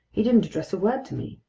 he didn't address a word to me.